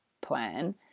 plan